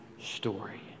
story